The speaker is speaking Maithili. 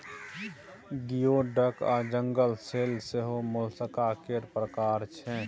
गियो डक आ जंगल सेल सेहो मोलस्का केर प्रकार छै